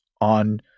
on